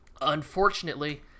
Unfortunately